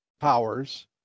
powers